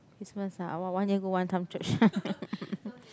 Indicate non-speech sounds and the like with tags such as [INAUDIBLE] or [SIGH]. Christmas ah !wah! one year go one time church [LAUGHS]